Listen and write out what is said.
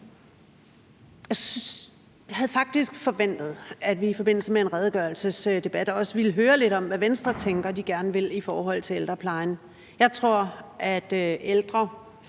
Jeg havde faktisk forventet, at vi i forbindelse med en redegørelsesdebat også ville høre lidt om, hvad Venstre tænker de gerne vil i forhold til ældreplejen. Jeg tror, at ældre,